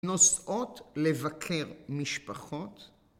נוסעות לבקר משפחות